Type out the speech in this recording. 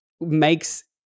makes